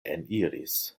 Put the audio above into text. eniris